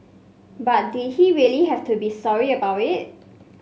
but did he really have to be sorry about it